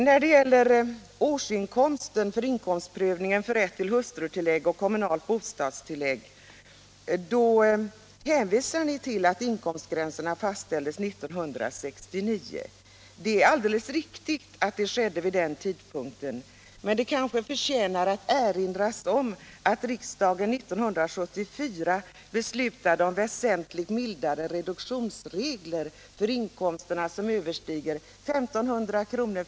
När det gäller årsinkomsten för inkomstprövning för rätt till hustrutillägg och kommunalt bostadstillägg hänvisar ni till att inkomstgränsen fastställdes 1969. Det är alldeles riktigt att det skedde vid den tidpunkten, men det kanske förtjänar att erinras om att riksdagen 1974 beslutade om väsentligt mildare reduktionsregler för inkomster överstigande 1 500 kr.